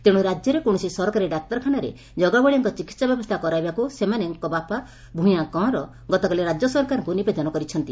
ତେଣୁ ରାଜ୍ୟରେ କୌଣସି ସରକାରୀ ଡାକ୍ତରଖାନାରେ ଜଗାବଳିଆଙ୍କ ଚିକିସା ବ୍ୟବସ୍ଥା କରାଇବାକୁ ସେମାନଙ୍କ ବାପା ଭ୍ୟାଁ କଅଁର ଗତକାଲି ରାଜ୍ୟ ସରକାରଙ୍କୁ ନିବେଦନ କରିଛନ୍ତି